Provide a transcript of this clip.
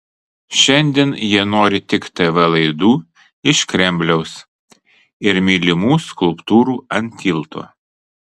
šiandien jie nori tik tv laidų iš kremliaus ir mylimų skulptūrų ant tilto